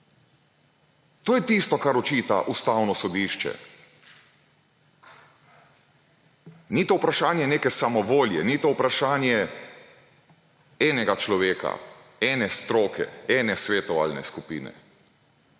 To je tisto, kar očita Ustavno sodišče. Ni to vprašanje neke samovolje, ni to vprašanje enega človeka, ene stroke, ene svetovalne skupine.